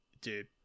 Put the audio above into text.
Dude